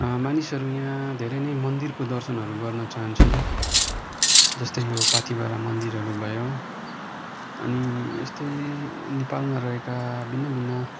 मानिसहरू यहाँ धेरै नै मन्दिरको दर्शनहरू गर्न चाहन्छन् जस्तै यो पाथिभरा मन्दिरहरू भयो अनि यस्तै नेपालमा रहेका भिन्न भिन्न